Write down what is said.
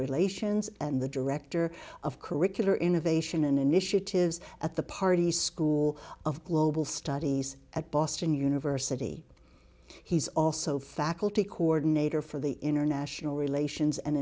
relations and the director of curricular innovation and initiatives at the party school of global studies at boston university he's also faculty coordinator for the international relations and